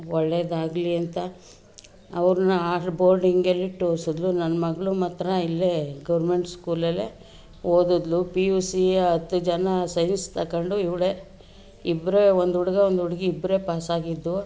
ಒಳ್ಳೆದಾಗಲೀ ಅಂತ ಅವ್ರನ್ನ ಆ ಬೋರ್ಡಿಂಗಲ್ಲಿಟ್ಟು ಓದಿಸಿದ್ರು ನನ್ನ ಮಗಳು ಮಾತ್ರ ಇಲ್ಲೇ ಗೌರ್ಮೆಂಟ್ ಸ್ಕೂಲಲ್ಲೇ ಓದಿದ್ಳು ಪಿ ಯು ಸಿ ಹತ್ತು ಜನ ಸೈನ್ಸ್ ತಗೊಂಡು ಇವಳೇ ಇಬ್ಬರೇ ಒಂದು ಹುಡ್ಗ ಒಂದು ಹುಡ್ಗಿ ಇಬ್ಬರೇ ಪಾಸಾಗಿದ್ದು